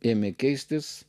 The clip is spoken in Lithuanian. ėmė keistis